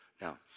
Now